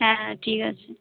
হ্যাঁ ঠিক আছে